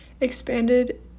expanded